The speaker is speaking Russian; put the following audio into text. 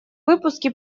выпуске